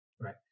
right